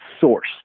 source